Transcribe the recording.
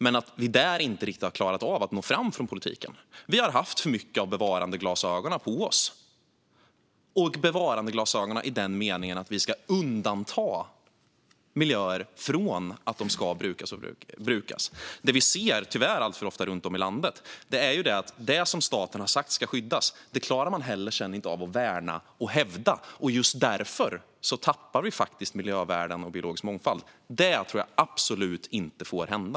Men där har vi inte riktigt klarat av att nå fram från politiken. Vi har haft för mycket av bevarandeglasögonen på oss i den meningen att vi vill undanta miljöer från brukande. Det vi tyvärr alltför ofta ser runt om i landet är att det som staten har sagt ska skyddas är sådant som man sedan inte klarar av att värna och hävda. Just därför tappar vi faktiskt miljövärden och biologisk mångfald. Det ska absolut inte hända.